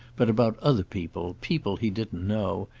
but about other people, people he didn't know,